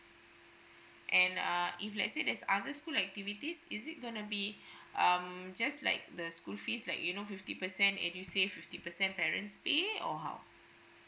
and uh if let's say there's other school activities is it going to be um just like the school fees like you know fifty percent edusave fifty percent parents pay or how